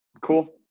cool